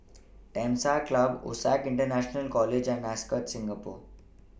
Temasek Club OSAC International College and Ascott Singapore